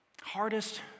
Hardest